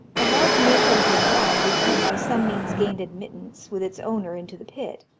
a large newfoundland dog, which had by some means gained admittance with its owner into the pit,